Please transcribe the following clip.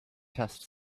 test